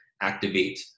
activate